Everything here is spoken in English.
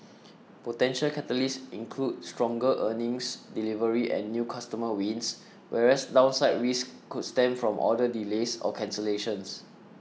potential catalysts include stronger earnings delivery and new customer wins whereas downside risks could stem from order delays or cancellations